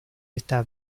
está